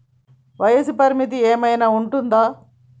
వయస్సు పరిమితి ఏమైనా ఉంటుందా?